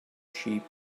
sheep